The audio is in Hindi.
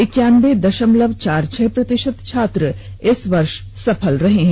इक्यानबे दशमलव चार छह प्रतिशत छात्र इस वर्ष सफल हुए हैं